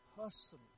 personally